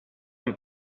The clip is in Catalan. amb